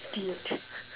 idiot